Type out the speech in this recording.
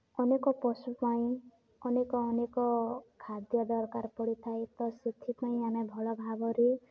ଅନେକ ପଶୁ ପାଇଁ ଅନେକ ଅନେକ ଖାଦ୍ୟ ଦରକାର ପଡ଼ିଥାଏ ତ ସେଥିପାଇଁ ଆମେ ଭଲ ଭାବରେ